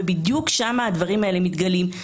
ובדיוק שם הדברים האלה מתגלים.